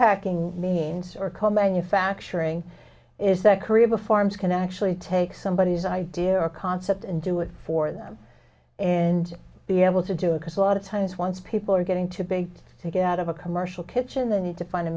packing means or call manufacturing is that career before arms can actually take somebody whose idea or concept and do it for them and be able to do it because a lot of times once people are getting too big to get out of a commercial kitchen they need to find a